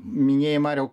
minėjai mariau